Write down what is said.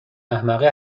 احمقه